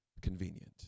convenient